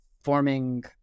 forming